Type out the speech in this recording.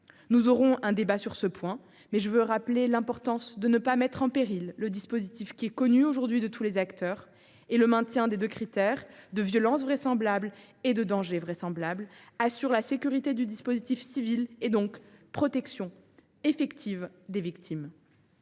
Nous aurons un débat sur ce sujet, mais je veux souligner l’importance de ne pas mettre en péril un dispositif qui est connu de tous les acteurs. Le maintien des deux critères de violences vraisemblables et de danger vraisemblable assure la sécurité du dispositif civil et donc une protection effective des victimes.